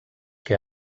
que